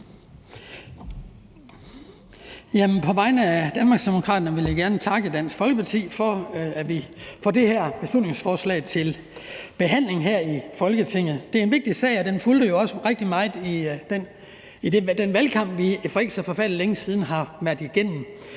På vegne af Danmarksdemokraterne vil jeg gerne takke Dansk Folkeparti for det her beslutningsforslag, der er til behandling her i Folketinget. Det er en vigtig sag, og den fyldte jo også rigtig meget i den valgkamp, som vi for ikke så forfærdelig længe siden har været igennem.